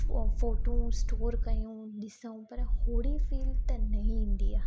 फ़ो photos store कयूं ॾिसूं पर होड़ी फील त न ई ईंंदी आहे